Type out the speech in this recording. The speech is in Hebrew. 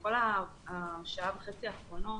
כל השעה וחצי האחרונות